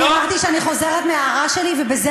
אני אמרתי שאני חוזרת מההערה שלי ובזה